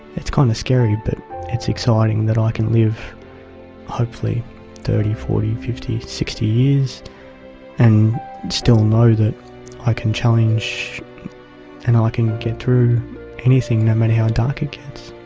it's kind of scary. but it's exciting that i can live hopefully thirty, forty, fifty, sixty years and still know that i can challenge and um i can get through anything, no matter how dark it